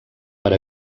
per